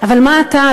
אבל מה אתה,